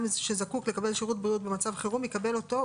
שזקוק לקבל שירות בריאות במצב חירום יקבל אותו,